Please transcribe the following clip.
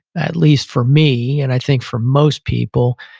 at least for me, and i think for most people,